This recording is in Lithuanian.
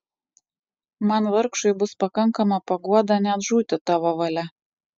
man vargšui bus pakankama paguoda net žūti tavo valia